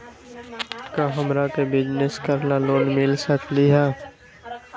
का हमरा के बिजनेस करेला लोन मिल सकलई ह?